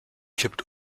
kippt